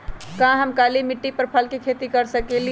का हम काली मिट्टी पर फल के खेती कर सकिले?